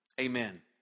Amen